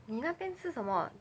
你那边是什么